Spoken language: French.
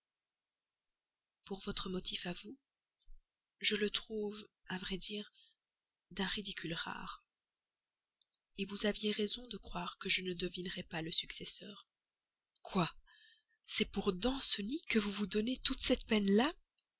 pour votre motif à vous je le trouve à vrai dire d'un ridicule rare vous aviez raison de croire que je ne devinerais pas le successeur quoi c'est pour danceny que vous vous donnez toute cette peine là eh